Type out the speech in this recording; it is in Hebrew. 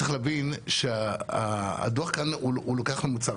צריך להבין שהדוח כאן הוא לוקח ממוצע.